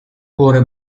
cuore